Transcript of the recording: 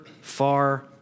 far